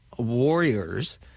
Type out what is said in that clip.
warriors